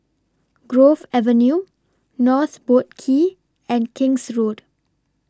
Grove Avenue North Boat Quay and King's Road